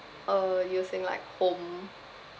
uh using like home